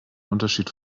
unterschied